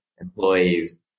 employees